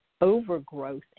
overgrowth